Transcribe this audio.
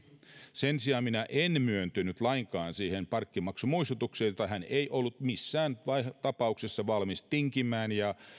sen sijaan minä en myöntynyt lainkaan siihen parkkimaksumuistutukseen jota hän ei ollut missään tapauksessa valmis tinkimään ja